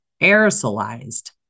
aerosolized